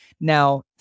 Now